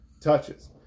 Touches